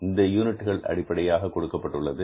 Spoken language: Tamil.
இது யூனிட்டுகள் அடிப்படையாக கொடுக்கப்பட்டுள்ளது